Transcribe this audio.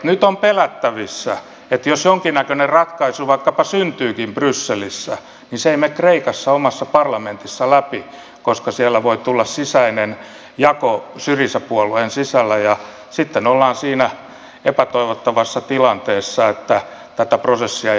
nyt on pelättävissä että jos jonkinnäköinen ratkaisu vaikkapa syntyykin brysselissä niin se ei mene kreikassa omassa parlamentissa läpi koska siellä voi tulla sisäinen jako syriza puolueen sisällä ja sitten ollaan siinä epätoivottavassa tilanteessa että tätä prosessia ei hallitse kunnolla kukaan